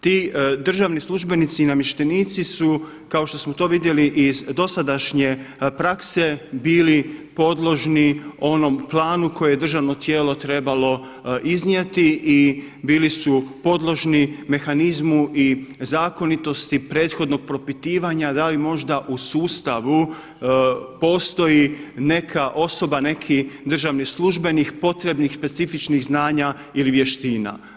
Ti državni službenici i namještenici su kao što smo to vidjeli iz dosadašnje prakse bili podložni onom klanu koje je državno tijelo trebalo iznijeti i bili su podložni mehanizmu i zakonitosti prethodnog propitivanja da li možda u sustavu postoji neka osoba, neki državni službenik potrebnih specifičnih znanja ili vještina.